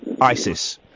ISIS